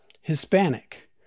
Hispanic